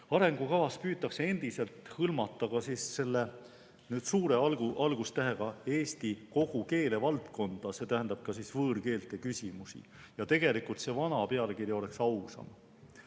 Arengukavas püütakse endiselt hõlmata ka selle suure algustähega Eesti kogu keelevaldkonda, see tähendab ka võõrkeelte küsimusi. Nii et tegelikult see vana pealkiri oleks ausam.